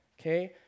okay